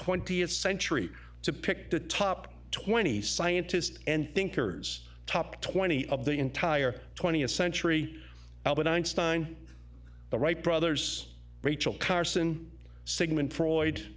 twentieth century to pick the top twenty scientists and thinkers top twenty of the entire twentieth century albert einstein the wright brothers rachel carson sigmund freud